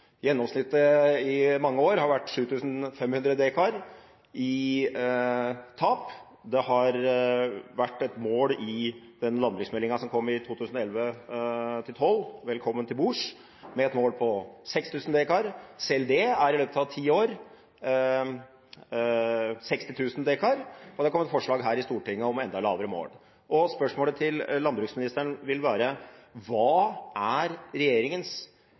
Gjennomsnittet i mange år har vært 7 500 dekar i tap. Det har vært et mål i den landbruksmeldingen som kom i 2011–2012, Velkommen til bords, med et mål på 6 000 dekar. Selv det er i løpet av ti år 60 000 dekar, og det er kommet forslag her i Stortinget om enda lavere mål. Spørsmålet til landbruksministeren vil være: Hva er regjeringens